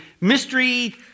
mystery